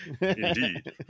Indeed